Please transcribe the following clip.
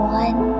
one